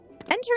Entering